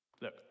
Look